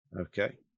Okay